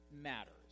matters